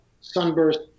Sunburst